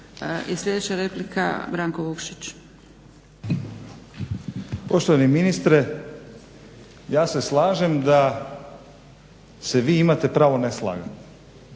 laburisti - Stranka rada)** Poštovani ministre, ja se slažem da se vi imate pravo ne slagat